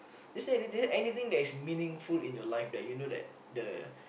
just say anything that is meaningful in your life that you know that the